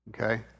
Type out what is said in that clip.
Okay